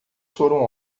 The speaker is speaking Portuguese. foram